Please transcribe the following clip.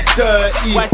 dirty